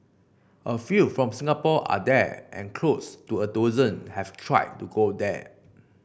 a few from Singapore are there and close to a dozen have tried to go there